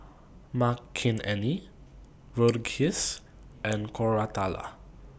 Makineni Verghese and Koratala